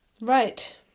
right